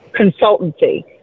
consultancy